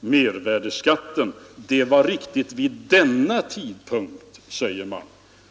mervärdeskatten. Det var riktigt vid denna tidpunkt, sade man.